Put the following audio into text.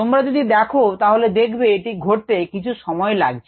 তোমরা যদি দেখো তাহলে দেখবে এটি ঘটতে কিছু সময় লাগছে